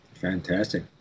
fantastic